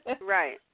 Right